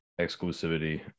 exclusivity